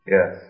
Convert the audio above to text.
Yes